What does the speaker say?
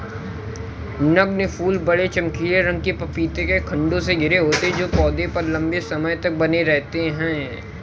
नगण्य फूल बड़े, चमकीले रंग के पपीते के खण्डों से घिरे होते हैं जो पौधे पर लंबे समय तक बने रहते हैं